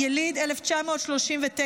יליד 1939,